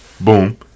Boom